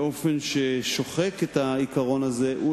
באופן ששוחק את העיקרון הזה הוא,